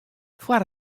foar